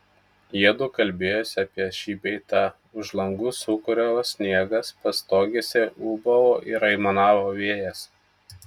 jiedu kalbėjosi apie šį bei tą už langų sūkuriavo sniegas pastogėse ūbavo ir aimanavo vėjas